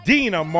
Dina